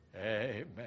Amen